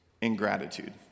ingratitude